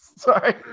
Sorry